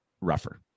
rougher